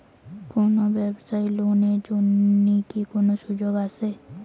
যে কোনো ব্যবসায়ী লোন এর জন্যে কি কোনো সুযোগ আসে?